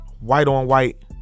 white-on-white